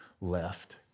left